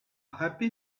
happy